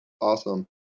awesome